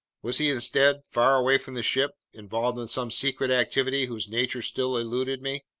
was he instead far away from the ship, involved in some secret activity whose nature still eluded me?